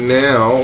now